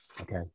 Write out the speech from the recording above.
Okay